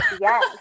Yes